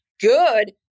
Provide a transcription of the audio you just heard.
Good